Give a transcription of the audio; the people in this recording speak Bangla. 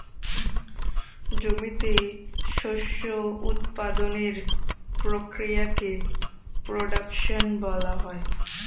জমিতে শস্য উৎপাদনের প্রক্রিয়াকে প্রোডাকশন বলা হয়